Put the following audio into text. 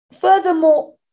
Furthermore